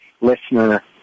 listener